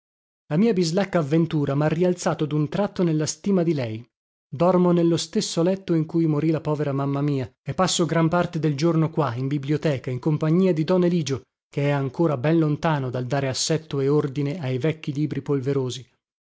la mia bislacca avventura mha rialzato dun tratto nella stima di lei dormo nello stesso letto in cui morì la povera mamma mia e passo gran parte del giorno qua in biblioteca in compagnia di don eligio che è ancora ben lontano dal dare assetto e ordine ai vecchi libri polverosi